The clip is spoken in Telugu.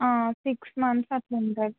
సిక్స్ మంత్స్ అట్లా ఉంటుంది